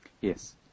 Yes